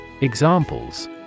Examples